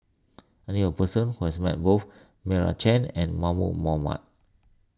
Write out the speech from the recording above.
I knew a person who has met both Meira Chand and Mahmud Ahmad